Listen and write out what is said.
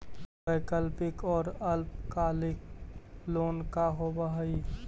वैकल्पिक और अल्पकालिक लोन का होव हइ?